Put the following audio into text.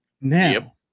Now